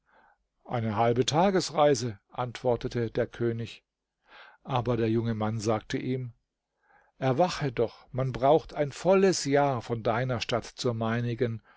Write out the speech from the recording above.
eine halbe tagesreise antwortete der könig aber der junge mann sagte ihm erwache doch man braucht ein volles jahr von deiner stadt zur meinigen